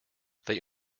they